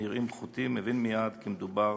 הבין מייד כי מדובר